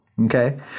okay